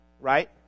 right